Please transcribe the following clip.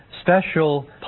special